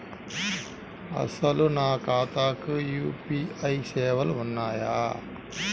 అసలు నా ఖాతాకు యూ.పీ.ఐ సేవలు ఉన్నాయా?